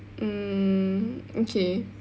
mm okay